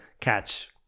catch